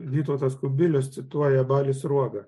vytautas kubilius cituoja balį sruogą